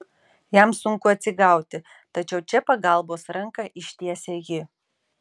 jam sunku atsigauti tačiau čia pagalbos ranką ištiesia ji